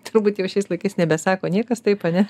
turbūt jau šiais laikais nebe sako niekas taip ane